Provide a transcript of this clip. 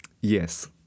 yes